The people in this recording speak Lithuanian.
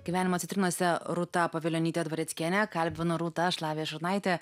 gyvenimo citrinose rūta pavilionytė dvareckienė kalbinu rūtą aš lavija šurnaitė